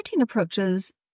approaches